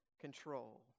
control